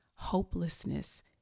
hopelessness